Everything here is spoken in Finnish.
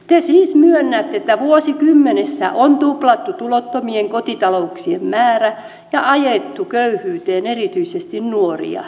te siis myönnätte että vuosikymmenessä on tuplattu tulottomien kotitalouksien määrä ja ajettu köyhyyteen erityisesti nuoria